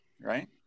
right